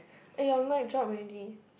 eh your mic drop already